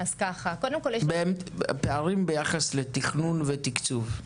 פערים ביחס לתכנון ולתקצוב.